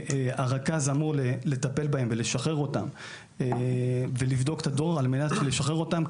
והרכז אמור לטפל בהם ולשחרר אותם ולבדוק את הדוח על מנת לשחרר אותם.